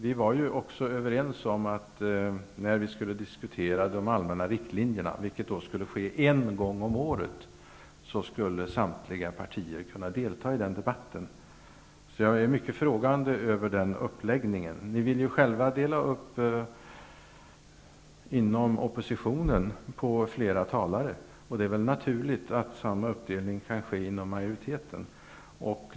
Vi var ju också överens om att samtliga partier skulle kunna delta när vi skulle diskutera de allmänna riktlinjerna en gång om året. Jag är därför mycket frågande över den kritiken. Ni ville själva dela upp oppositionen på flera talare. Det är väl naturligt att samma uppdelning kan ske inom majoriteten.